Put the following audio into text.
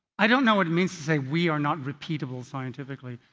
i don't know what it means to say we are not repeatable scientifically.